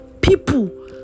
people